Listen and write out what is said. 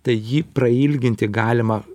tai jį prailginti galima